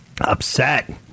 Upset